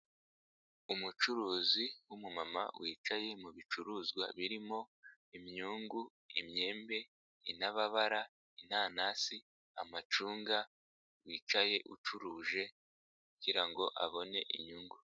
Umucuruzi w'umumama wicaye mu bicuruzwa birimo imyungu, imyembe, intababara, inanasi, amacunga, wicaye ucuruje kugira ngo abone inyungu.